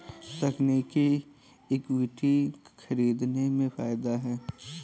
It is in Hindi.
तकनीकी इक्विटी खरीदने में फ़ायदा है